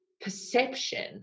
perception